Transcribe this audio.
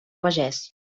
pagès